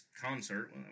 concert